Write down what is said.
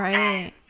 Right